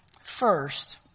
First